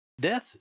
death